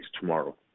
tomorrow